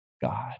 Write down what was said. God